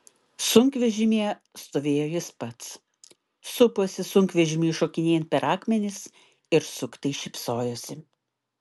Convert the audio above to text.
sunkvežimyje stovėjo jis pats suposi sunkvežimiui šokinėjant per akmenis ir suktai šypsojosi